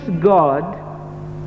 God